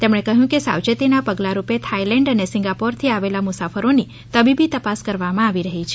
તેમણે કહ્યું કે સાવચેતીના પગલારૂપે થાઇલેન્ડ અને સિંગાપુરથી આવેલા મુસાફરોની તબીબી તપાસ કરવામાં આવી રહી છે